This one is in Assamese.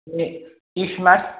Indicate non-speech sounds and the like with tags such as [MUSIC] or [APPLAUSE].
[UNINTELLIGIBLE]